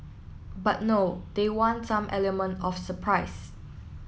but no they want some element of surprise